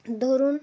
ধরুন